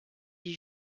d’y